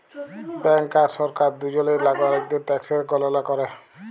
bank আর সরকার দুজলই লাগরিকদের ট্যাকসের গললা ক্যরে